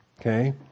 Okay